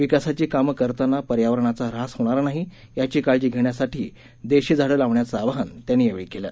विकासाची कामं करताना पर्यावरणाचा ऱ्हास होणार नाही याची काळजी घेण्यासाठी देशी झाडं लावण्याचं आवाहन त्यांनी केलं